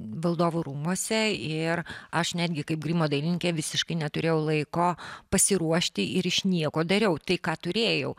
valdovų rūmuose ir aš netgi kaip grimo dailininkė visiškai neturėjau laiko pasiruošti ir iš nieko dariau tai ką turėjau